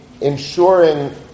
ensuring